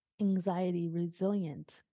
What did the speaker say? anxiety-resilient